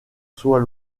soit